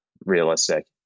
realistic